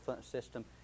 system